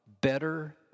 Better